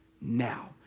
Now